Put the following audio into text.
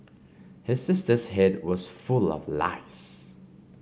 his sister's head was full of lice